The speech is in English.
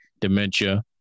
dementia